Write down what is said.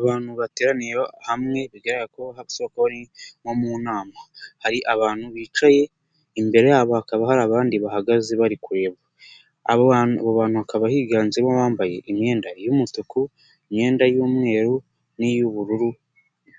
Abantu bateraniye hamwe bigaragara ko bari nko mu nama, hari abantu bicaye, imbere yabo hakaba hari abandi bahagaze bari kureba, abo bantu bakaba higanzemo abambaye imyenda y'umutuku, imyenda y'umweru, iy'ubururu